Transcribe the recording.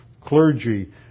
clergy